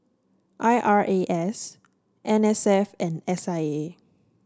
I R A S N S F and S I A